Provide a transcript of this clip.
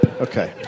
Okay